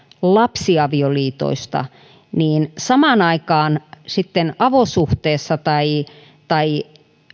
lapsiavioliitoista niin samaan aikaan avosuhteen tai tai